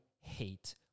hate